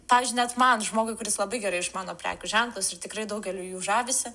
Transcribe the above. pavyzdžiui net man žmogui kuris labai gerai išmano prekių ženklus ir tikrai daugeliu jų žavisi